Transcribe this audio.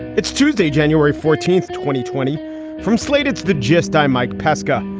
it's tuesday, january fourteenth, twenty twenty from slate's the gist. i'm mike pesca.